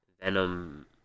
Venom